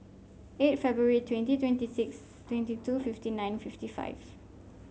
eight February twenty twenty six twenty two fifty nine fifty five